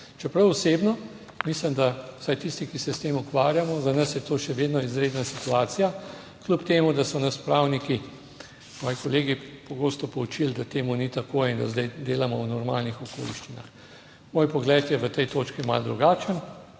čeprav osebno mislim, da vsaj tisti, ki se s tem ukvarjamo, za nas je to še vedno izredna situacija kljub temu, da so nas pravniki moji kolegi pogosto poučili, da temu ni tako in da zdaj delamo v normalnih okoliščinah. Moj pogled je v tej točki malo drugačen,